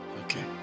Okay